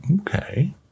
okay